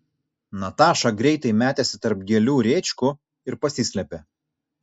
nataša greitai metėsi tarp gėlių rėčkų ir pasislėpė